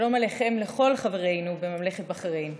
שלום עליכם לכל חברינו בממלכת בחריין.